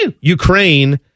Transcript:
Ukraine